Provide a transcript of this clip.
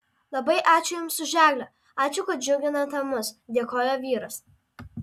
labai ačiū jums už eglę ačiū kad džiuginate mus dėkojo vyras